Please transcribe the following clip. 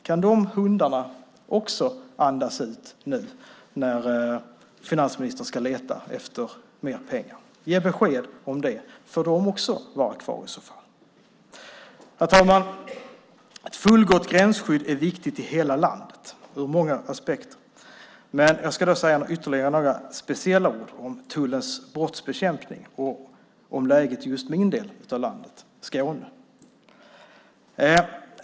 Kan dessa hundar också andas ut nu när finansministern ska leta efter mer pengar? Ge besked om det. Får de också vara kvar i så fall? Herr talman! Ett fullgott gränsskydd är viktigt i hela landet ur många aspekter. Men jag ska säga ytterligare några speciella ord om tullens brottsbekämpning och om läget i just min del av landet, Skåne.